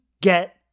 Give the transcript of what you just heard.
get